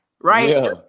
right